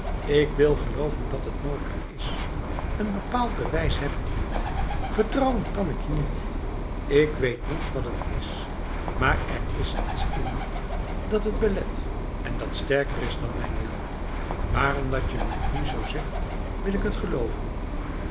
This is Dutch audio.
ik wil geloven dat het mogelijk is een bepaald bewijs heb ik niet vertrouwen kan ik je niet ik weet niet wat het is maar er is iets in me dat het belet en dat sterker is dan mijn wil maar omdat je het nu zo zegt wil ik het geloven